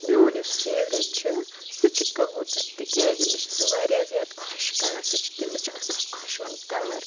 میون یُس فیورِٹ چھُ سُہ چھُ کبوٗتر تِکیٛازِ مےٚ چھُ سُہ واریاہ زیادٕ خۄش کران سُہ چھُ تٔمِس چھُ آسان خۄشوُن کلر